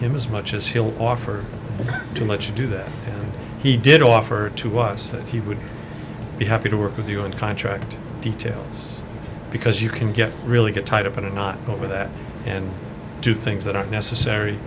him as much as he'll offer to let you do that and he did offer to us that he would be happy to work with you on contract details because you can get really get tied up in a knot over that and do things that aren't necessary